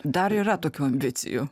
dar yra tokių ambicijų